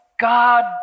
God